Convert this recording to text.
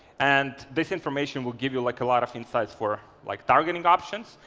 and this information will give you like a lot of insights for like targeting options.